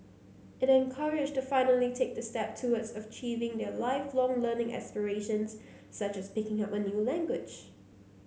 it encouraged to finally take the step towards of achieving their Lifelong Learning aspirations such as picking up a new language